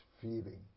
feeling